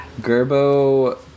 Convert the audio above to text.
Gerbo